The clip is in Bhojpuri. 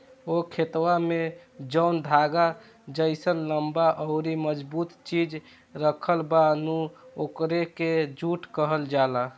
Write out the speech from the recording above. हो खेतवा में जौन धागा जइसन लम्बा अउरी मजबूत चीज राखल बा नु ओकरे के जुट कहल जाला